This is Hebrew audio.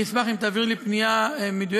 אני אשמח אם תעביר לי פנייה מדויקת.